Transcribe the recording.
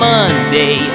Monday